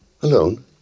Alone